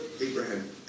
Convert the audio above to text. Abraham